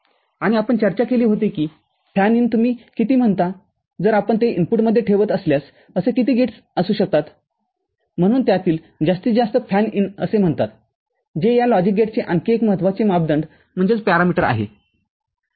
आणि आपण चर्चा केली होती की फॅन इन तुम्ही किती म्हणता जर आपण ते इनपुटमध्ये ठेवत असल्यास असे किती गेट्स असू शकतात म्हणून त्यातील जास्तीत जास्त फॅन इन असे म्हणतात जे या लॉजिक गेट्सचे आणखी एक महत्त्वाचे मापदंडआहे